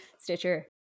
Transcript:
Stitcher